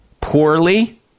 Poorly